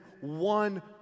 one